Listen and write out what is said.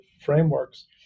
frameworks